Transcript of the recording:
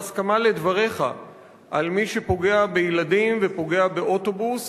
בהסכמה לדבריך על מי שפוגע בילדים ופוגע באוטובוס.